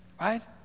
right